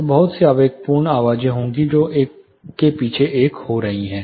तो बहुत सी आवेगपूर्ण आवाज़ें होंगी जो एक के पीछे एक हो रही हैं